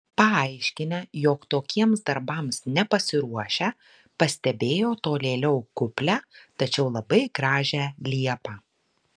paaiškinę jog tokiems darbams nepasiruošę pastebėjo tolėliau kuplią tačiau labai gražią liepą